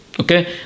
Okay